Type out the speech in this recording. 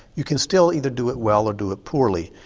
you can still either do it well or do it poorly.